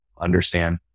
understand